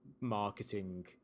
marketing